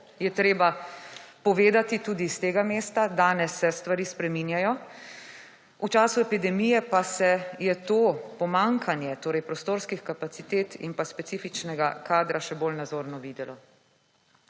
je treba povedati tudi s tega mesta. Danes se stvari spreminjajo. V času epidemije pa se je to pomanjkanje torej prostorskih kapacitet in pa specifičnega kadra še bolj nazorno videlo.